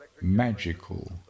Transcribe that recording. magical